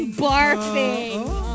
barfing